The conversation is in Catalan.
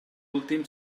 últim